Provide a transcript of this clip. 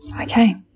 okay